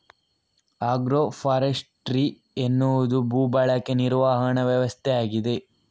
agro forestry ಎನ್ನುವುದು ಭೂ ಬಳಕೆ ನಿರ್ವಹಣಾ ವ್ಯವಸ್ಥೆಯಾಗಿದೆ